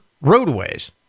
roadways